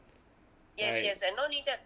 right